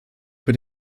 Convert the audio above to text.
für